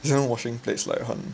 you know washing plates like 很